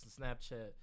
Snapchat